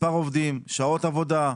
מספר עובדים, שעות עבודה,